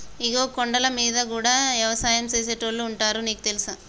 ఇగో కొండలమీద గూడా యవసాయం సేసేటోళ్లు ఉంటారు నీకు తెలుసా